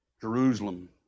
Jerusalem